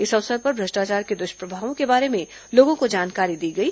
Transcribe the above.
इस अवसर पर भ्रष्टाचार के दुष्प्रभावों के बारे में लोगों को जानकारी दी गई